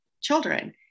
children